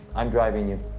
i'm driving you.